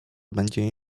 będziemy